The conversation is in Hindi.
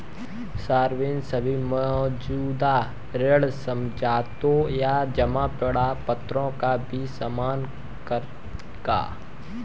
सॉवरेन सभी मौजूदा ऋण समझौतों या जमा प्रमाणपत्रों का भी सम्मान करेगा